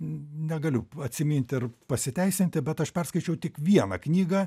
negaliu atsiminti ir pasiteisinti bet aš perskaičiau tik vieną knygą